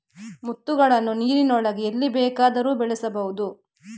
ಮುತ್ತುಗಳನ್ನು ನೀರಿನೊಳಗೆ ಎಲ್ಲಿ ಬೇಕಾದರೂ ಬೆಳೆಸಬಹುದು